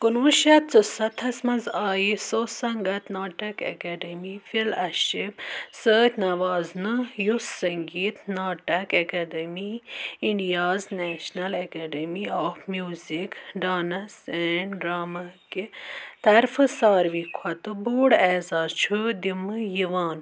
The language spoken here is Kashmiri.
کُنوُہ شیٚتھ ژُسَتتھَس منٛز آیہِ سوسَنگَت ناٹَک اؠکیڈٕمی فِل اَشِپ سٟتۍ نَوازنہٕ یُس Sangeet Natak Akademi India's national academy of music dance and drama کہِ طَرفہٕ ساروٕے کھۄتہٕ بۆڈ اعزاز چھُ دِنہٕ یِوان